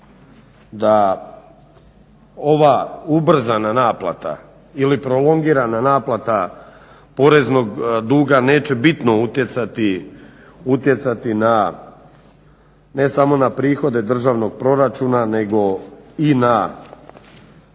da ova ubrzana naplata ili prolongirana naplata poreznog duga neće bitno utjecati na, ne samo na prihode državnog proračuna nego i na,